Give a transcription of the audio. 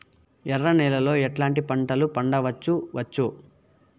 ఎర్ర నేలలో ఎట్లాంటి పంట లు పండించవచ్చు వచ్చు?